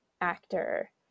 actor